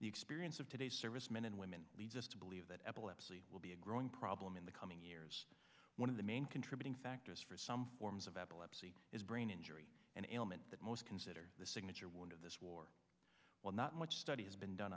the experience of today's service men and women leads us to believe that epilepsy will be a growing problem in the coming years one of the main contributing factors for some forms of epilepsy is brain injury and ailment that most consider the signature wound of this war well not much study has been done